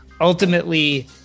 ultimately